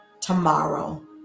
tomorrow